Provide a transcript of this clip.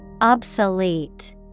Obsolete